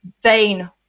vain